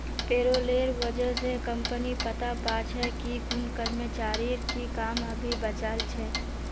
पेरोलेर वजह स कम्पनी पता पा छे कि कुन कर्मचारीर की काम अभी बचाल छ